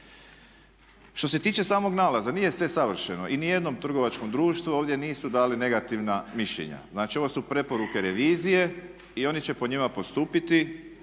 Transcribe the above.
Što se tiče samog nalaza nije sve savršeno i ni jednom trgovačkom društvu ovdje nisu dali negativna mišljenja, znači ovo su preporuke revizije i oni će po njima postupiti